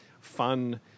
fun